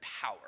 power